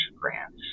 grants